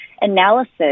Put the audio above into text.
analysis